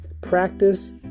practice